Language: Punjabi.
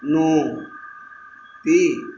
ਨੂੰ ਤੀਹ